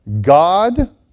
God